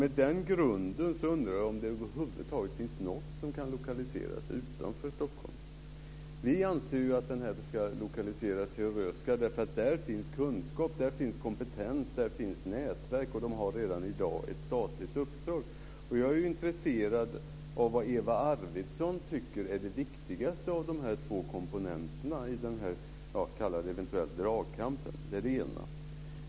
Med den grunden undrar jag om det över huvud taget finns något som kan lokaliseras utanför Vi anser att det här institutet ska lokaliseras till Röhsska, därför att där finns kunskap, där finns kompetens, där finns nätverk, och man har redan i dag ett statligt uppdrag. Jag är intresserad av vad Eva Arvidsson tycker är det viktigaste av de två komponenterna i den här kalla det eventuellt dragkampen. Det är det ena.